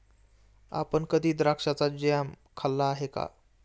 आपण कधी द्राक्षाचा जॅम खाल्ला आहे का?